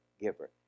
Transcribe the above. giver